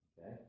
Okay